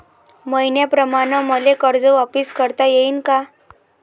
मईन्याप्रमाणं मले कर्ज वापिस करता येईन का?